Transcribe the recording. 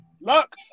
Look